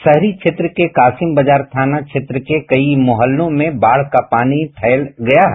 शहरी क्षेत्र के कासिम बाजार थाना क्षेत्र के कई मोहल्लों में बाढ़ का पानी फैल गया है